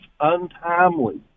untimely